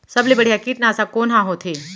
सबले बढ़िया कीटनाशक कोन ह होथे?